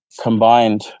combined